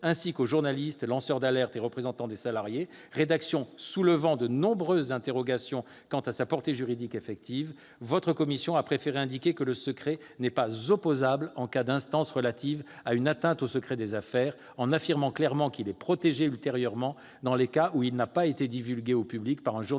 loi énonce que le secret « n'est pas protégé », rédaction soulevant de nombreuses interrogations quant à sa portée juridique effective. Par conséquent, votre commission a préféré indiquer que le secret n'est pas opposable en cas d'instance relative à une atteinte au secret des affaires, en précisant clairement qu'il reste protégé ultérieurement dans les cas où il n'a pas été divulgué au public par un journaliste